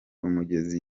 umugezi